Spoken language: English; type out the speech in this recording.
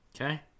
Okay